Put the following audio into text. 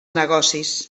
negocis